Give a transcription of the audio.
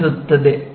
Er3p